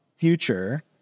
future